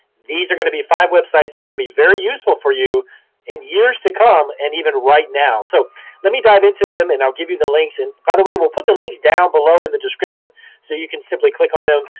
these are gonna be five websites that are gonna be very useful for you in years to come and even right now. so let me dive into them and i'll give you the links. and by the way, we'll put the links down below in the description so you can simply click on them.